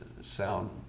sound